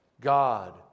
God